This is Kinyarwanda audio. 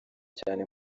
cyane